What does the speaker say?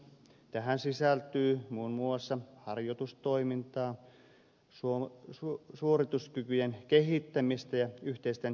tähän sisältyy muun muassa harjoitustoimintaa suorituskyvyn kehittämistä ja yhteisten standardien omaksumista